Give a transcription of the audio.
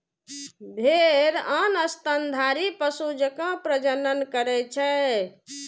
भेड़ आन स्तनधारी पशु जकां प्रजनन करै छै